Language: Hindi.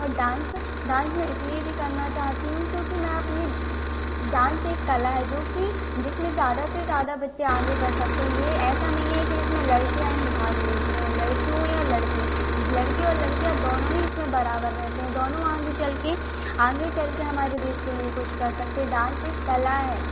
और डांस डांस मैं इसलिए भी करना चाहती हूँ क्योंकि मैं अपनी डांस एक कला है जो कि जिसमें ज्यादा से ज्यादा बच्चे आगे बढ़ सकते हैं ये ऐसा नहीं है कि इसमें लडकियाँ ही भाग लेती हैं लड़की हो या लड़के लड़के और लड़कियां दोनों ही इसमें बराबर रहते हैं दोनों आगे चल कर आगे चल कर हमारे देश के लिए कुछ कर सकते हैं डांस एक कला है